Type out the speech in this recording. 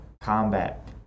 combat